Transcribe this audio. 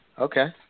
Okay